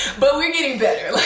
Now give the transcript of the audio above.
but we're getting better.